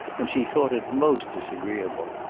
and she thought it most disagreeable.